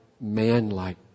man-like